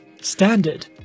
Standard